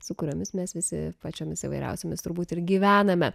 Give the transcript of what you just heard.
su kuriomis mes visi pačiomis įvairiausiomis turbūt ir gyvename